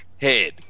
head